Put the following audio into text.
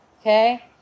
okay